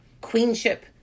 queenship